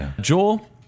Joel